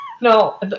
No